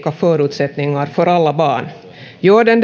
förutsättningar för alla barn gör den